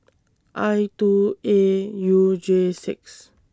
I two A U J six